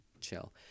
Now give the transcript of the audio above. Chill